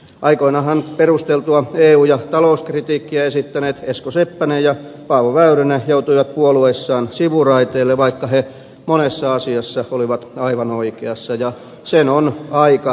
aikoinaanhan perusteltua eu ja talouskritiikkiä esittäneet esko seppänen ja paavo väyrynen joutuivat puolueissaan sivuraiteelle vaikka he monessa asiassa olivat aivan oikeassa ja sen on aika näyttänyt